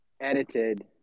edited